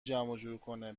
جورکنه